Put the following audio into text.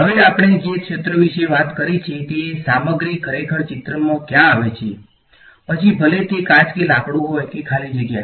હવે આપણે જે ક્ષેત્રો વિશે વાત કરી છે તે સામગ્રી ખરેખર ચિત્રમાં ક્યાં આવે છે પછી ભલે તે કાચ કે લાકડું હોય કે ખાલી જગ્યા